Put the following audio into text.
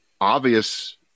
obvious